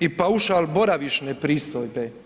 i paušal boravišne pristojbe.